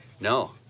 no